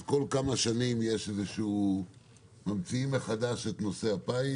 אז כל כמה שנים ממציאים מחדש את נושא הפיס